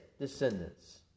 descendants